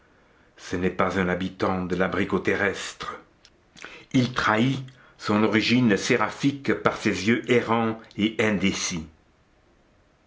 ce n'est pas un habitant de l'abricot terrestre il trahit son origine séraphique par ses yeux errants et indécis